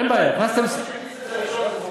מי שהכניס את זה ראשון,